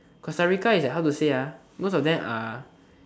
Costa-Rica is like how to say ah most of them are